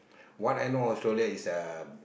what I know Australia is a